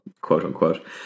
quote-unquote